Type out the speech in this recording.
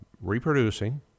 reproducing